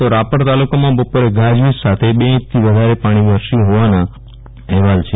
તો રાપર તાલુકામાં બપોરે ગાજવીજ સાથે બે ઇંચ થી વધારે પાણી વરસ્યું હોવાના અહેવાલ છે